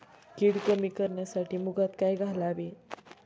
कीड कमी करण्यासाठी मुगात काय घालावे?